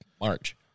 March